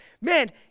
man